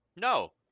No